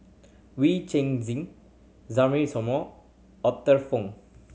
Wee Cheng Zin Arthur Fong